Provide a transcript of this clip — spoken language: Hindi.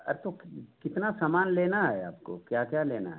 अरे तो कितना समान लेना है आपको क्या क्या लेना है